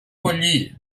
pollí